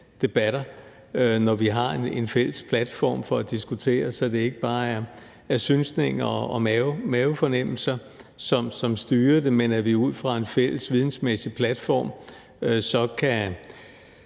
debatter, når vi har en fælles platform for at diskutere, så det ikke bare er synsninger og mavefornemmelser, som styrer det, men at vi ud fra en fælles vidensmæssig platform kan